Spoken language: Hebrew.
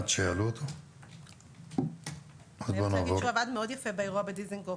צריך לומר שהוא עבד יפה מאוד באירוע בדיזנגוף.